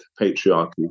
patriarchy